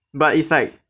but it's like